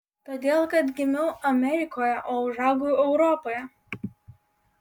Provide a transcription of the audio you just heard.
todėl kad gimiau amerikoje o užaugau europoje